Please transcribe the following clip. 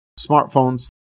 smartphones